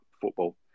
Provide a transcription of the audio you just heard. football